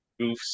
goofs